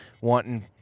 wanting